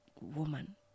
woman